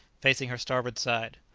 facing her starboard side.